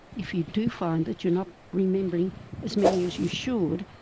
if you do find that you're not remembering as many as you should,